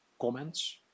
comments